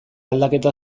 aldaketa